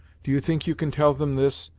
do you think you can tell them this,